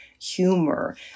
humor